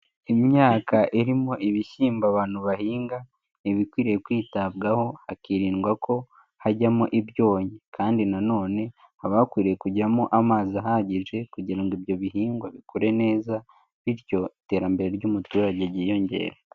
Imyaka irimo ibishyimbo abantu bahinga, iba ikwiriye kwitabwaho hakirindwa ko hajyamo ibyonnyi, kandi na none haba hakwiriye kujyamo amazi ahagije, kugira ngo ibyo bihingwa bikore neza bityo iterambere ry'umuturage ryiyongere.